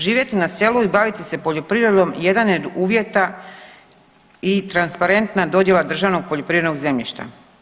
Živjeti na selu i baviti se poljoprivredom jedan je od uvjeta i transparentna dodjela državnog poljoprivrednog zemljišta.